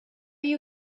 you